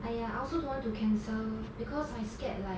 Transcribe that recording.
!aiya! I also don't want to cancel because I scared like